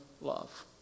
love